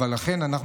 אכן,